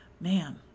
man